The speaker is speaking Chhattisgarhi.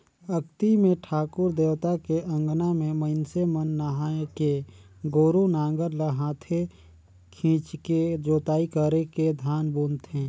अक्ती मे ठाकुर देवता के अंगना में मइनसे मन नहायके गोरू नांगर ल हाथे खिंचके जोताई करके धान बुनथें